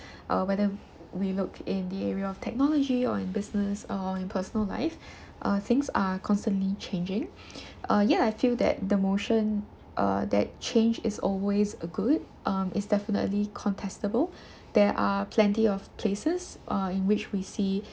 err whether we we look in the area of technology or in business or in personal life uh things are constantly changing uh ya I feel that the motion uh that change is always good uh is definitely contestable there are plenty of places uh in which we see